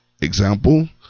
Example